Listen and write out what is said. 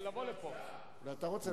מאה אחוז.